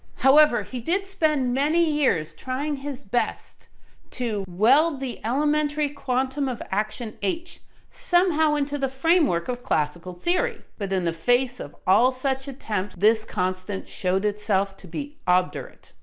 however he did spend many years trying his best to weld the elementary quantum of action h somehow into the framework of classical theory. but in the face of all such attempts, this constant showed itself to be obdurate,